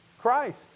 Christ